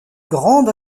grande